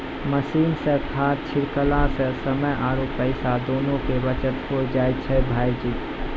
machine सॅ खाद छिड़कला सॅ समय आरो पैसा दोनों के बचत होय जाय छै भायजी